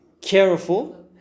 careful